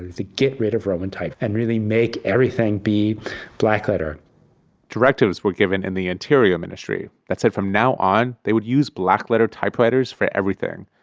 to get rid of roman type and really make everything be blackletter directives were given in the interior ministry that said, from now on, they would use blackletter typewriters for everything.